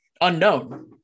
unknown